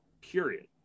period